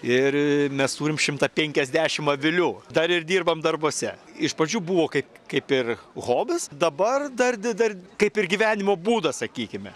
ir mes turim šimtą penkiasdešim avilių dar ir dirbam darbuose iš pradžių buvo kaip kaip ir hobis dabar dar dar kaip ir gyvenimo būdas sakykime